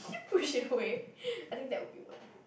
keep pushing away I think that will be one